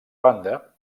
banda